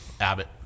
Abbott